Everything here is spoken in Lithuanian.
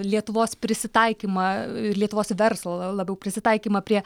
lietuvos prisitaikymą ir lietuvos verslo labiau prisitaikymą prie